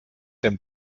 dem